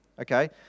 Okay